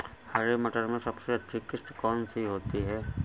हरे मटर में सबसे अच्छी किश्त कौन सी होती है?